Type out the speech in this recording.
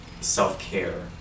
self-care